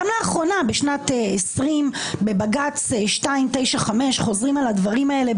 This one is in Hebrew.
גם לאחרונה בשנת 2020 בבג"ץ 295 חוזרים על הדברים האלה.